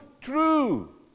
true